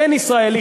אין ישראלי,